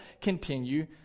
continue